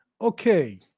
Okay